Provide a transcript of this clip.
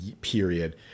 Period